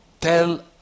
tell